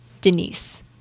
Denise